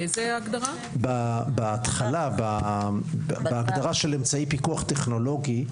בהתחלה, בהגדרה של אמצעי פיקוח טכנולוגי.